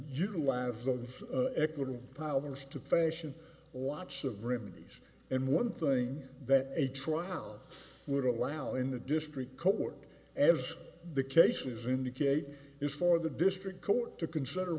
utilize those equitable powers to facial lots of remedies and one thing that a trout would allow in the district court as the cases indicate is for the district court to consider